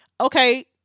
Okay